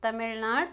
Tamil Nadu